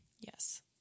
Yes